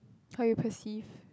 how you perceive